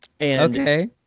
Okay